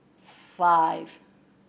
five